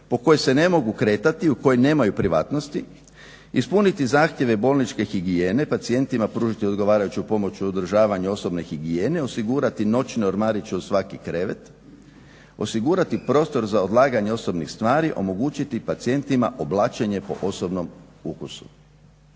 po kojoj se ne mogu kretati, u kojoj nemaju privatnosti, ispuniti zahtjeve bolničke higijene pacijentima pružiti odgovarajuću pomoć u održavanju osobne higijene, osigurati noćne ormariće uz svaki krevet, osigurati prostor za odlaganje osobnih stvari, omogućiti pacijentima oblačenje po osobnom ukusu.